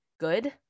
good